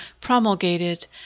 promulgated